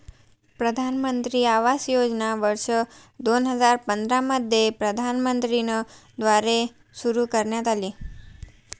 प्रधानमंत्री आवास योजना वर्ष दोन हजार पंधरा मध्ये प्रधानमंत्री न द्वारे सुरू करण्यात आली